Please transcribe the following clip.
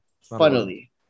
Funnily